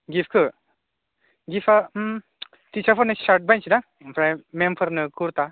गिफ्टखौ गिफ्टआ टिचारफोरनि सार्ट बायनोसै दां ओमफ्राय मेमफोरनो कुरथा